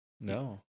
No